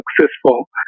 successful